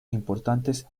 importantes